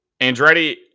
Andretti